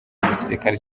gisilikari